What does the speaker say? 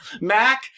Mac